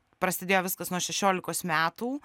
prasidėjo viskas nuo šešiolikos metų